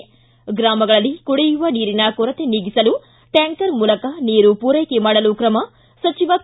ಿ ಗ್ರಾಮಗಳಲ್ಲಿ ಕುಡಿಯುವ ನೀರಿನ ಕೊರತೆ ನಿಗಿಸಲು ಟ್ಯಾಂಕರ್ ಮೂಲಕ ನೀರು ಪೂರೈಕೆ ಮಾಡಲು ಕ್ರಮ ಸಚಿವ ಕೆ